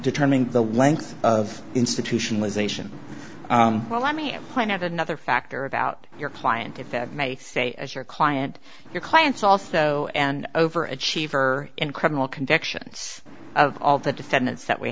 determining the length of institutionalization well let me point out another factor about your client if that may say as your client your clients also and over a chief are in criminal convictions of all the defendants that we